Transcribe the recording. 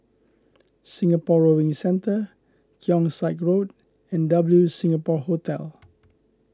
Singapore Rowing Centre Keong Saik Road and W Singapore Hotel